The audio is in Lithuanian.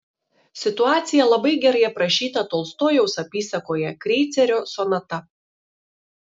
situacija labai gerai aprašyta tolstojaus apysakoje kreicerio sonata